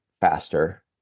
faster